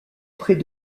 près